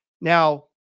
Now